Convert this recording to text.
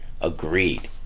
agreed